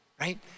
right